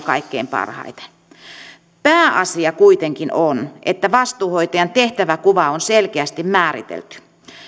kaikkein parhaiten pääasia kuitenkin on että vastuuhoitajan tehtäväkuva on selkeästi määritelty